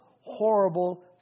horrible